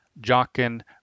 Jochen